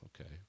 okay